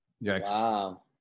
Wow